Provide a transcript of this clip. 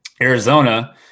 Arizona